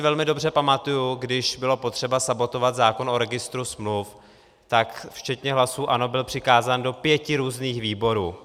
Velmi dobře si pamatuji, když bylo potřeba sabotovat zákon o registru smluv, tak včetně hlasů ANO byl přikázán do pěti různých výborů.